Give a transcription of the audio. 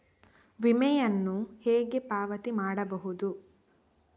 ವಿಮೆಯನ್ನು ಹೇಗೆ ಪಾವತಿ ಮಾಡಬಹುದು?